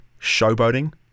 Showboating